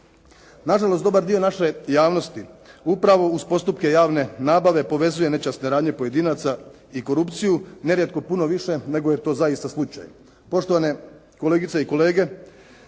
Na žalost dobar dio naše javnosti upravo uz postupke javne nabave povezuje nečasne radnje pojedinaca i korupciju, nerijetko puno više nego je to zaista slučaj. Poštovane kolegice i kolege